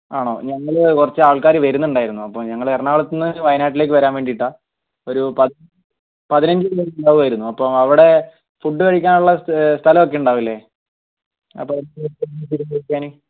ആണോ ഞങ്ങൾ കുറച്ച് ആൾക്കാർ വരുന്നുണ്ടായിരുന്നു അപ്പം ഞങ്ങൾ എറണാകുളത്തു നിന്ന് വയനാട്ടിലേക്ക് വരാൻ വേണ്ടിയിട്ട് ഒരു പതിനഞ്ച് പേര് ഉണ്ടാകുമായിരുന്നു അപ്പോൾ അവിടെ ഫുഡ് കഴിക്കാനുള്ള സ്ഥലമൊക്കെ ഉണ്ടാവില്ലേ